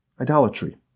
idolatry